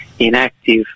Inactive